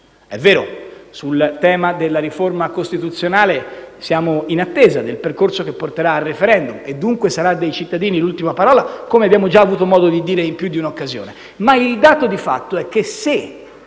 È vero, sul tema della riforma costituzionale siamo in attesa del percorso che porterà al *referendum*, e dunque l'ultima parola sarà dei cittadini, come abbiamo avuto modo di dire in più di un'occasione, ma il dato di fatto è che